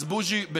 אז בוז'י,